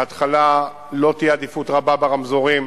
בהתחלה לא תהיה עדיפות רבה ברמזורים,